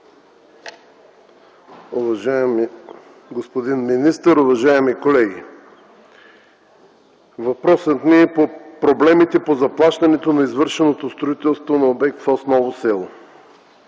уважаеми господин министър, уважаеми колеги! Въпросът ми е относно по проблемите по заплащането на извършеното строителство на обект в Ново село.